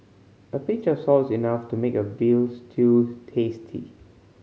a pinch of salt is enough to make a veal stew tasty